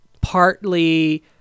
partly